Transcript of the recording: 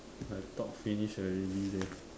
like talk finish already leh